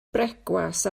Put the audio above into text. brecwast